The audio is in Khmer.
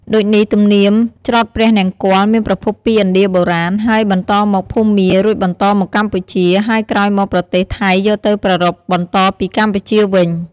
ដូចនេះទំនៀមច្រត់ព្រះនង្គ័លមានប្រភពពី ឥណ្ឌាបុរាណ ហើយបន្តមក ភូមា រួចបន្តមកកម្ពុជា ហើយក្រោយមកប្រទេសថៃយកទៅប្រារព្ធបន្តពីកម្ពុជាវិញ។